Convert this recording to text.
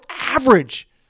average